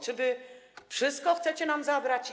Czy wy wszystko chcecie nam zabrać?